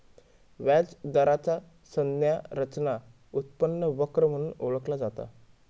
व्याज दराचा संज्ञा रचना उत्पन्न वक्र म्हणून ओळखला जाता